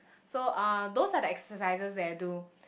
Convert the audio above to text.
so uh those are the exercises that I do